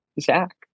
zach